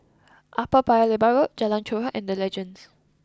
Upper Paya Lebar Road Jalan Chorak and the Legends